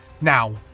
Now